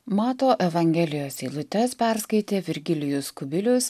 mato evangelijos eilutes perskaitė virgilijus kubilius